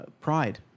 pride